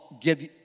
give